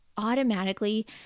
automatically